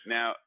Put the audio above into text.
Now